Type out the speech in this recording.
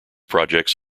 projects